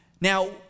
now